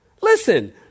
Listen